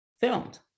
filmed